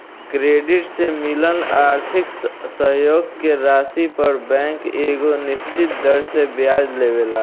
credit से मिलल आर्थिक सहयोग के राशि पर बैंक एगो निश्चित दर से ब्याज लेवेला